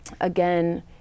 again